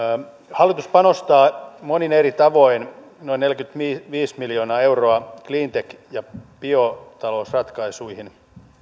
hallitus panostaa monin eri tavoin noin neljäkymmentäviisi miljoonaa euroa cleantech ja biotalousratkaisuihin